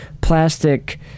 plastic